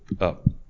up